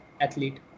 athlete